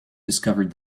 discovered